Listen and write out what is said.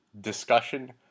discussion